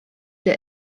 der